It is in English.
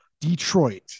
Detroit